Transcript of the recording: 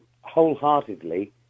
wholeheartedly